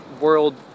world